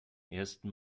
ersten